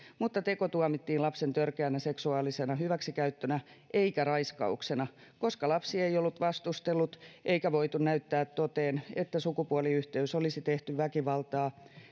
mutta teko tuomittiin lapsen törkeänä seksuaalisena hyväksikäyttönä eikä raiskauksena koska lapsi ei ollut vastustellut eikä voitu näyttää toteen että sukupuoliyhteys olisi tehty väkivaltaa